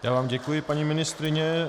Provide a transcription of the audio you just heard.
Já vám děkuji, paní ministryně.